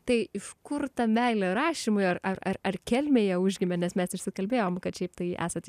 tai iš kur ta meilė rašymui ar ar kelmėje užgimė nes mes išsikalbėjome kad šiaip tai esate